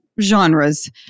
genres